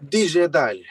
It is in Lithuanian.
didžiąją dalį